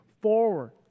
forward